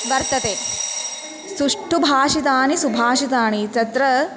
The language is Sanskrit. वर्तते सुष्ठु भाषितानि सुभाषितानि तत्र